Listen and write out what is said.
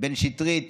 בן שטרית